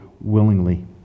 willingly